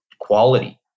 quality